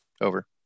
Over